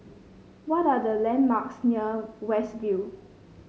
what are the landmarks near West View